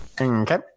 okay